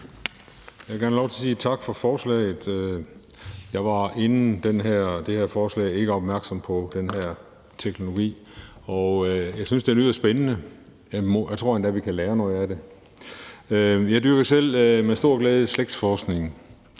Jeg vil gerne have lov til at sige tak for forslaget. Inden forslaget var jeg ikke opmærksom på den her teknologi. Jeg synes, at det lyder spændende. Jeg tror endda, at vi kan lære noget af det. Jeg dyrker selv slægtsforskning